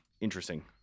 Interesting